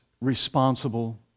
responsible